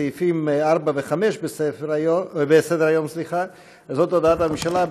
סעיפים 4 ו-5 בסדר-היום הם הודעת הממשלה,